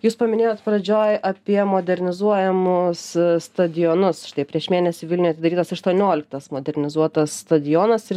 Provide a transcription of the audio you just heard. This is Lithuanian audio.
jūs paminėjot pradžioj apie modernizuojamus stadionus štai prieš mėnesį vilniuj atidarytas aštuonioliktas modernizuotas stadionas ir